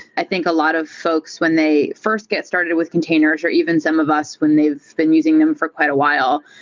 i think a lot of folks when they first get started with containers or even some of us when they've been using them for quite a while,